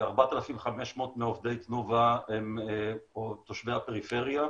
4,500 מעובדי תנובה הם תושבי הפריפריה.